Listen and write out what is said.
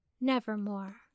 nevermore